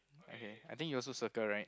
okay I think you also circle right